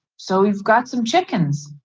so you've got some chickens,